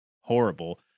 horrible